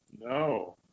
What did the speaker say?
No